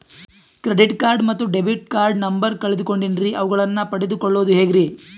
Credit card ಮತ್ತು debit card number ಕಳೆದುಕೊಂಡಿನ್ರಿ ಅವುಗಳನ್ನ ಪಡೆದು ಕೊಳ್ಳೋದು ಹೇಗ್ರಿ?